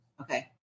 Okay